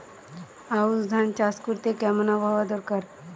আউশ ধান চাষ করতে কেমন আবহাওয়া দরকার?